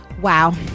Wow